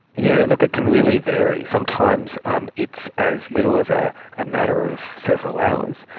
yeah look, it can really vary. sometimes um it's as little as a ah matter of several hours,